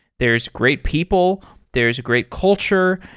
there's great people. there is a great culture.